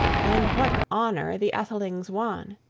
and what honor the athelings won!